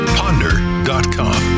ponder.com